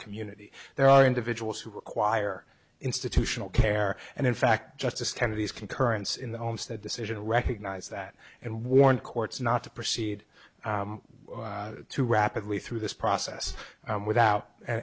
community there are individuals who require institutional care and in fact justice kennedy's concurrence in the homestead decision to recognize that and warn courts not to proceed too rapidly through this process without